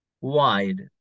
wide